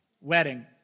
Wedding